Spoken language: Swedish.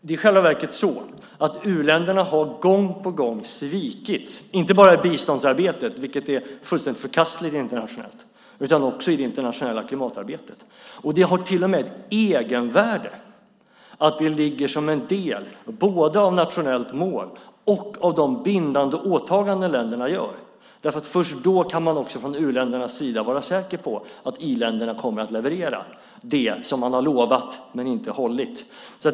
Det är i själva verket så att u-länderna gång på gång har svikits inte bara i biståndsarbetet, vilket är fullständigt förkastligt internationellt, utan också i det internationella klimatarbetet. Det har till och med ett egenvärde att det ligger som en del både av nationellt mål och av de bindande åtaganden som länderna gör. Först då kan man från u-ländernas sida vara säker på att i-länderna kommer att leverera det som de har lovat men inte hållit.